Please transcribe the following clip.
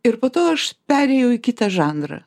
ir po to aš perėjau į kitą žanrą